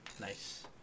Nice